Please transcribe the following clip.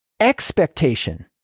expectation